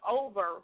over